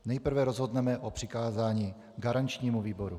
Nejprve rozhodneme o přikázání garančnímu výboru.